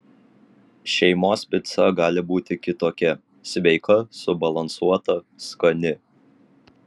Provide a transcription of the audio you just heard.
šeimos pica gali būti kitokia sveika subalansuota skani